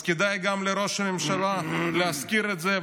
אז כדאי גם לראש הממשלה להזכיר את זה,